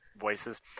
voices